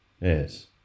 Yes